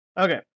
Okay